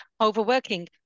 overworking